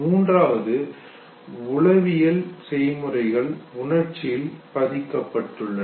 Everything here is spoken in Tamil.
மூன்றாவது உளவியல் செய்முறைகள் உணர்ச்சியில் பதிக்கப்பட்டுள்ளன